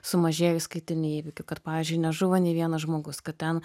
sumažėjo įskaitinių įvykių kad pavyzdžiui nežuvo nei vienas žmogus kad ten